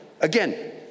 Again